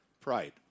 Pride